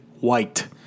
white